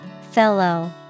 Fellow